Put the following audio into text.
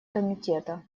комитета